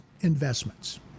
investments